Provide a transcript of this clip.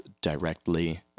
directly